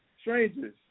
strangers